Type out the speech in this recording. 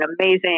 amazing